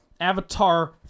Avatar